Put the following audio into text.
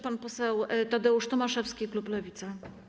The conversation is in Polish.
Pan poseł Tadeusz Tomaszewski, klub Lewica.